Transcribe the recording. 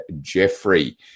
jeffrey